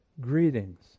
Greetings